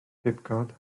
pibgod